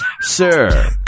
Sir